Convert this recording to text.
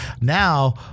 Now